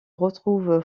retrouve